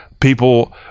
people